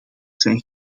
zijn